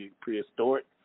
prehistoric